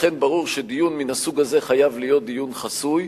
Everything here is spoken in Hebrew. לכן ברור שדיון מן הסוג הזה חייב להיות דיון חסוי.